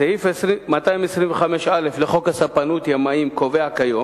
סעיף 225(א) לחוק הספנות (ימאים) קובע כיום